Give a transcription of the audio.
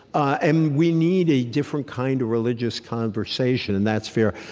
and we need a different kind of religious conversation, and that's fair.